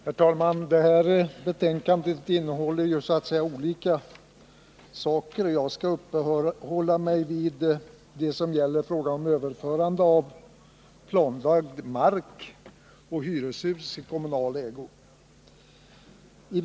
Herr talman! Utskottets betänkande innehåller olika saker. Jag skall uppehålla mig vid det som gäller överförande av planlagd mark och hyreshus i kommunal ägo.